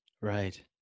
Right